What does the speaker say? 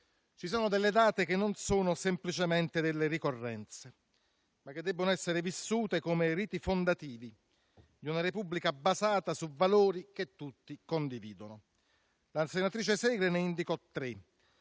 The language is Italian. Vi sono date che non sono semplicemente ricorrenze, ma che devono essere vissute come riti fondativi di una Repubblica basata su valori che tutti condividono. La senatrice Segre ne indicò tre: